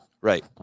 Right